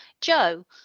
Joe